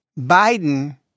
Biden